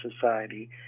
Society